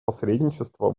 посредничества